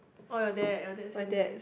oh your dad your dad send you